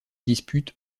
dispute